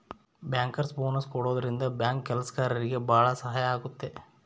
bankers bonus ಕೊಡೋದ್ರಿಂದ bank ಕೆಲ್ಸಗಾರ್ರಿಗೆ ಭಾಳ ಸಹಾಯ ಆಗುತ್ತೆ